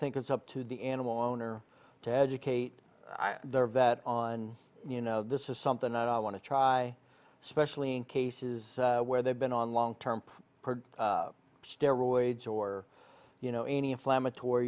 think it's up to the animal owner to educate their vet on you know this is something i want to try especially in cases where they've been on long term steroids or you know any inflammator